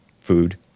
food